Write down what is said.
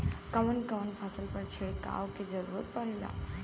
कवन कवन फसल पर छिड़काव के जरूरत पड़ेला?